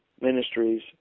ministries